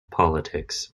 politics